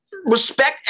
respect